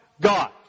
God